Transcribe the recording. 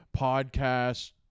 podcast